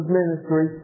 ministry